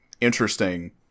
interesting